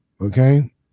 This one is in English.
okay